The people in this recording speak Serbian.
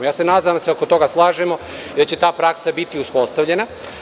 Nadam se da se oko toga slažemo i da će ta praksa biti uspostavljena.